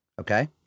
okay